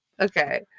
Okay